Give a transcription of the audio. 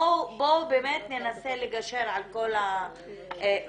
בואו ננסה לגשר על כל הדילמות,